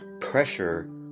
pressure